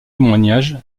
témoignage